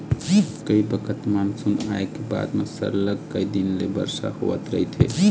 कइ बखत मानसून आए के बाद म सरलग कइ दिन ले बरसा होवत रहिथे